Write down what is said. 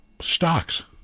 stocks